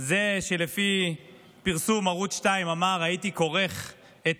זה שלפי פרסום ערוץ 2 אמר: הייתי כורך את